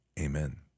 amen